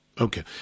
Okay